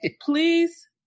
Please